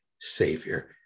savior